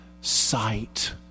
sight